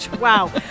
Wow